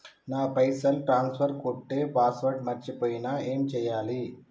నా పైసల్ ట్రాన్స్ఫర్ కొట్టే పాస్వర్డ్ మర్చిపోయిన ఏం చేయాలి?